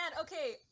okay